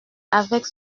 avec